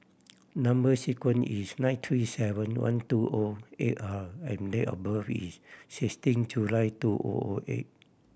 number sequence is nine two seven one two O eight R and date of birth is sixteen July two O O eight